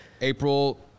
April